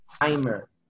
timer